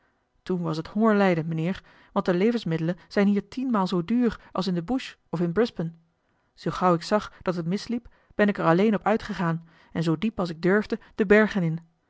toen was het hongerlijden mijnheer want de levensmiddelen zijn hier tienmaal zoo duur als in de bush of in brisbane zoo gauw ik zag dat het misliep ben ik er alleen op uit gegaan en zoo diep als ik durfde de bergen in